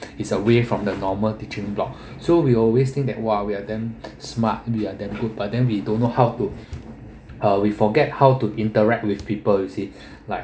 it's away from the normal teaching blocks so we always think that !wah! we are damn smart we are damn good but then we don't know how to uh we forget how to interact with people you see like